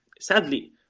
Sadly